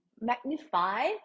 magnify